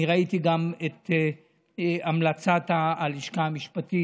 אני ראיתי גם את המלצת הלשכה המשפטית.